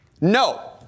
No